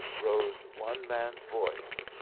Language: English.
rose one man's voice.